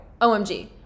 omg